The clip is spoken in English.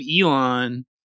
Elon